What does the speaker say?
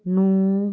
ਨੂੰ